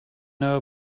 know